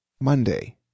Monday